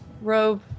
robe